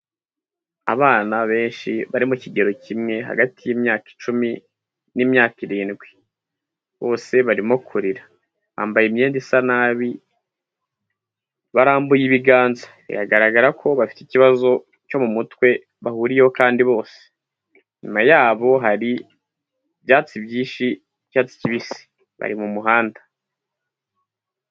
Abana benshi bari mu kigero kimwe hagati y'imyaka icumi n'imyaka irindwi, bose barimo kurira. Bambaye imyenda isa nabi, barambuye ibiganza, biragaragara ko bafite ikibazo cyo mu mutwe bahuriyeho kandi bose. Inyuma yabo hari ibyatsi byinshi by'icyatsi kibisi, bari mu muhanda.